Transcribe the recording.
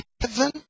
heaven